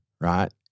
right